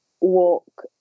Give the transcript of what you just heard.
walk